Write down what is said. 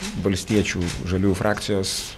valstiečių žaliųjų frakcijos